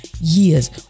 years